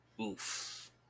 Oof